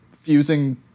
fusing